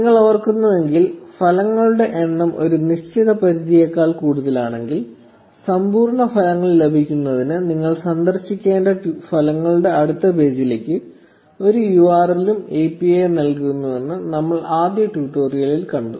നിങ്ങൾ ഓർക്കുന്നുവെങ്കിൽ ഫലങ്ങളുടെ എണ്ണം ഒരു നിശ്ചിത പരിധിയേക്കാൾ കൂടുതലാണെങ്കിൽ സമ്പൂർണ്ണ ഫലങ്ങൾ ലഭിക്കുന്നതിന് നിങ്ങൾ സന്ദർശിക്കേണ്ട ഫലങ്ങളുടെ അടുത്ത പേജിലേക്ക് ഒരു യുആർഎല്ലും എപിഐ നൽകുന്നുവെന്ന് നമ്മൾ ആദ്യ ട്യൂട്ടോറിയലിൽ കണ്ടു